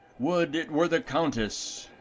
would it were the countess!